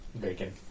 Bacon